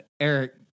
Eric